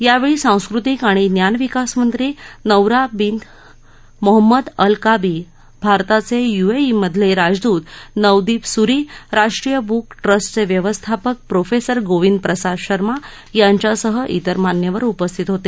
यावेळी सांस्कृतिक आणि ज्ञानविकास मंत्री Noura bint Mohammed al Kaabi भारताचे यु ए ई मधले राजदूत नवदीप सूरी राष्ट्रीय बुक ट्रस्टचे व्यवस्थापक प्रोफेसर गोविंद प्रसाद शर्मा यांच्यासह तिर मान्यवर उपस्थित होते